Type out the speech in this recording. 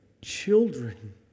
children